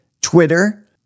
Twitter